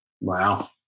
Wow